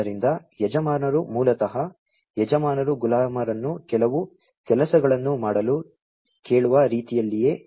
ಆದ್ದರಿಂದ ಯಜಮಾನರು ಮೂಲತಃ ಯಜಮಾನರು ಗುಲಾಮರನ್ನು ಕೆಲವು ಕೆಲಸಗಳನ್ನು ಮಾಡಲು ಕೇಳುವ ರೀತಿಯಲ್ಲಿಯೇ